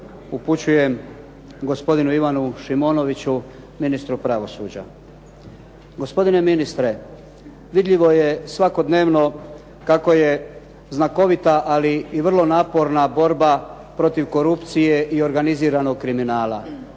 upućujem gospodinu Ivanu Šimonoviću ministru pravosuđa. Gospodine ministre, vidljivo je svakodnevno kako je znakovita ali i vrlo naporna borba protiv korupcije i organiziranog kriminala